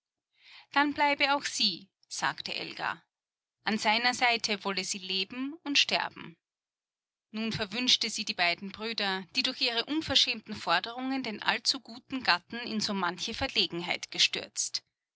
dann bleibe auch sie sagte elga an seiner seite wolle sie leben und sterben nun verwünschte sie die beiden brüder die durch ihre unverschämten forderungen den allzu guten gatten in so manche verlegenheit gestürzt